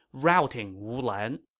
routing wu lan